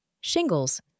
shingles